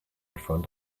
front